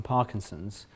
Parkinson's